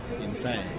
insane